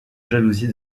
jalousie